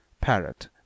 Parrot